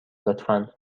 لطفا